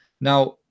Now